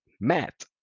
Matt